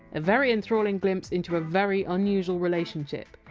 a very enthralling glimpse into a very unusual relationship.